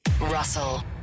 Russell